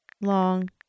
long